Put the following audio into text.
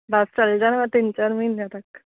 ਬਸ ਚਲ ਜਾਣਾ ਮੈਂ ਤਿੰਨ ਚਾਰ ਮਹੀਨਿਆਂ ਤੱਕ